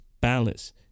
balance